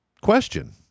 question